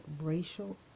racial